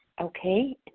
Okay